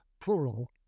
plural